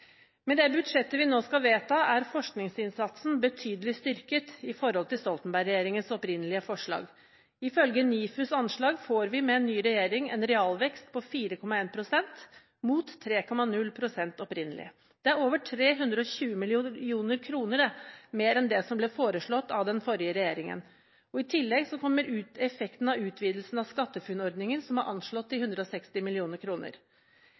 Med det budsjettet vi nå skal vedta, er forskningsinnsatsen betydelig styrket i forhold til Stoltenberg-regjeringens opprinnelige forslag. Ifølge NIFUs anslag får vi med en ny regjering en realvekst på 4,1 pst., mot 3,0 pst. opprinnelig. Det er over 320 mill. kr mer enn det som ble foreslått av den forrige regjeringen. I tillegg kommer effekten av utvidelsen av SkatteFUNN-ordningen, som er anslått til